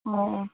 ꯑꯣ